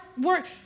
work